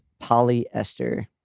polyester